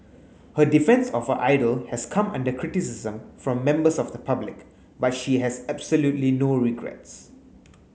her defence of her idol has come under criticism from members of the public but she has absolutely no regrets